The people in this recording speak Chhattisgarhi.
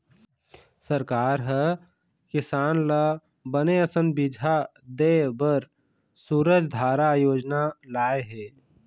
सरकार ह किसान ल बने असन बिजहा देय बर सूरजधारा योजना लाय हे